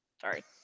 Sorry